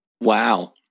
Wow